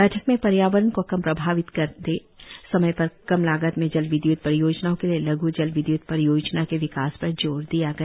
बैठक में पर्यावरण को कम प्रभावित करने समय पर कम लागत में जल विद्य्त परियोजनाओं के लिए लघ् जल विद्य्त परियोजना के विकास पर जोर दिया गया